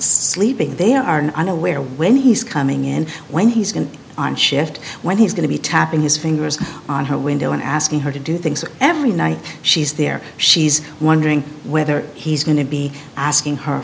sleeping they are unaware when he's coming in when he's going on shift when he's going to be tapping his fingers on her window and asking her to do things every night she's there she's wondering whether he's going to be asking her